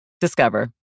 Discover